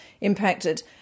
impacted